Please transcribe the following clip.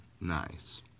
Nice